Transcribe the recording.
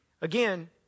again